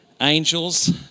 Angels